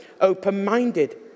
open-minded